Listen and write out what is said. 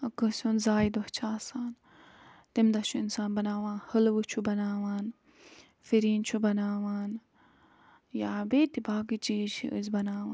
کٲنٛسہِ ہُنٛد زایہِ دۄہ چھِ آسان تٔمۍ دۄہ چھِ اِنسان بناوان حلوٕ چھُ بناوان فِرِنۍ چھُ بناوان یا بیٚیہِ تہِ باقٕے چیٖز چھِ أسۍ بناوان